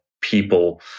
people